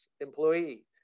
employee